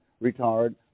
retired